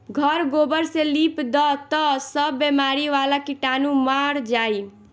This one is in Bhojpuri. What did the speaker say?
घर गोबर से लिप दअ तअ सब बेमारी वाला कीटाणु मर जाइ